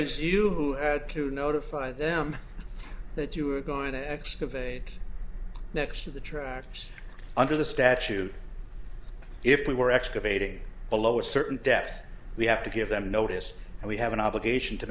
was you who had to notify them that you were going to excavate next to the tracks under the statute if we were excavating below a certain depth we have to give them notice and we have an obligation to